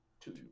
two